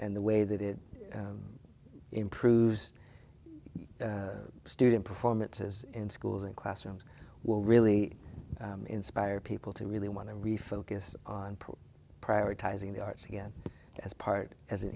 and the way that it improves student performances in schools and classrooms will really inspire people to really want to refocus on prioritizing the arts again as part as an